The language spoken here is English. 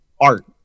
art